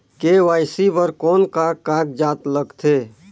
KYC बर कौन का कागजात लगथे?